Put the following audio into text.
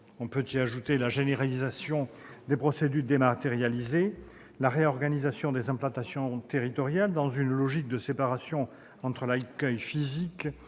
ainsi que de généraliser les procédures dématérialisées, de réorganiser les implantations territoriales, dans une logique de séparation entre l'accueil physique